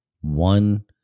One